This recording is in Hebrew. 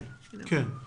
כן, בשמחה.